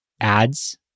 ads